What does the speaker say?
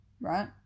right